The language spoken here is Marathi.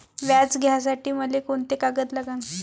व्याज घ्यासाठी मले कोंते कागद लागन?